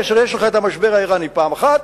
כאשר יש לך המשבר האירני פעם אחת,